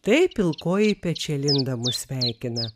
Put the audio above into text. tai pilkoji pečialinda mus sveikina